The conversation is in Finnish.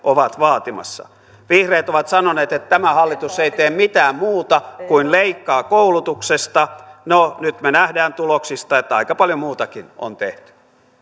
on vaatimassa vihreät ovat sanoneet että tämä hallitus ei tee mitään muuta kuin leikkaa koulutuksesta no nyt me näemme tuloksista että aika paljon muutakin on tehty